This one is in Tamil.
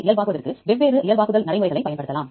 எனவே முதலில் என்னை ARSA வழியாக செல்ல விடுங்கள்